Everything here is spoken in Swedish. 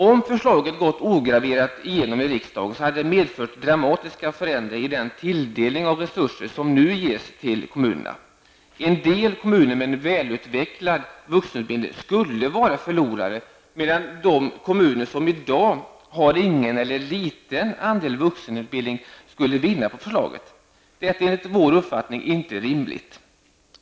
Om förslaget gått ograverat igenom i riksdagen hade det medfört dramatiska förändringar i den tilldelning av resurser som nu ges till kommunerna. En del kommuner med en välutvecklad vuxenutbildning skulle vara förlorare, medan de kommuner som i dag har ingen eller liten andel vuxenutbildning skulle vinna på förslaget. Detta är enligt vår uppfattning inte rimligt.